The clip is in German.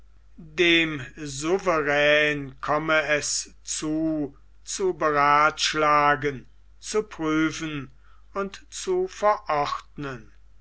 dem souverän komme es zu zu beratschlagen zu prüfen und zu verordnen